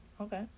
Okay